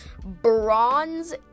bronze